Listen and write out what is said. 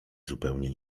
zupełnie